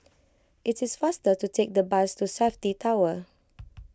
it is faster to take the bus to Safti Tower